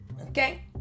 okay